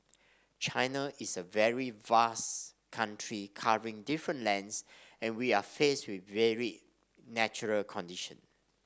China is a very vast country covering different lands and we are faced with varied natural condition